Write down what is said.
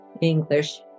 English